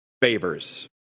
favors